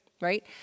Right